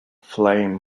flame